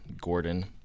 Gordon